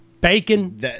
Bacon